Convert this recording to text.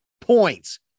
points